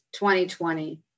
2020